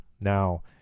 Now